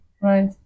Right